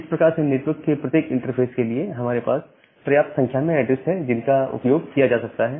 इस प्रकार से नेटवर्क के प्रत्येक इंटरफ़ेस के लिए हमारे पास पर्याप्त संख्या में एड्रेस है जिनका उपयोग किया जा सकता है